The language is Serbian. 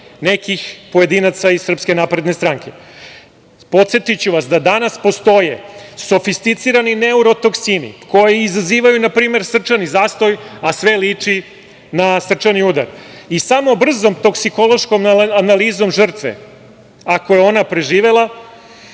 nekih pojedinaca iz SNS.Podsetiću vas da danas postoje sofisticirani neurotoksini koji izazivaju npr. srčani zastoj, a sve liči na srčani udar. Samo brzom toksikološkom analizom žrtve, ako je ona preživela,